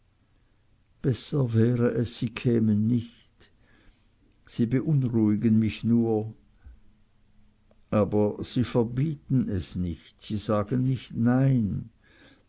besser wäre es sie kämen nicht sie beunruhigen mich nur aber sie verbieten es nicht sie sagen nicht nein